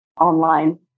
online